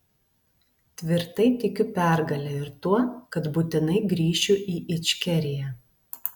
tvirtai tikiu pergale ir tuo kad būtinai grįšiu į ičkeriją